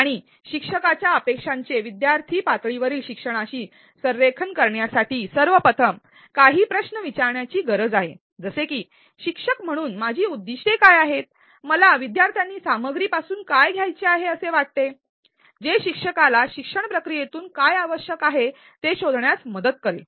आणि शिक्षकाच्या अपेक्षांचे विद्यार्थी पातळीवरील शिक्षणाशी संरेखन करण्यासाठी सर्वप्रथम काही प्रश्न विचारण्याची गरज आहे जसे की शिक्षक म्हणून माझी उद्दिष्ट्ये काय आहेत विद्यार्थ्यांनी सामग्री पासून काय घ्यायचे आहे असे मला वाटते जे शिक्षकाला शिक्षण प्रक्रियेतून काय आवश्यक आहे ते शोधण्यास मदत करेल